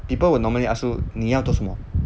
people will normally ask you 你要做什么